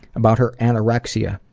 about her anorexia,